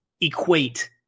equate